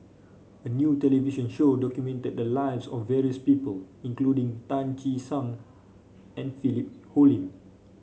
a new television show documented the lives of various people including Tan Che Sang and Philip Hoalim